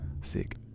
Sick